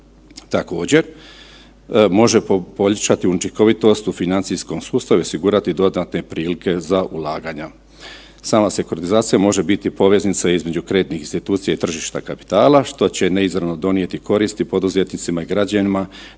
Također, možemo povećati učinkovitost u financijskom sustavu i osigurati dodatne prilike za ulaganja. Sama sekuritizacija može biti poveznica između kreditnih institucija i tržišta kapitala što će neizravno donijeti koristi poduzetnicima i građanima,